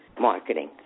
marketing